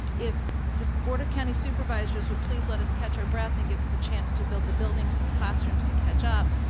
if the board of county supervisors would please let us catch our breath and give us the chance to build the buildings and the classrooms to catch up,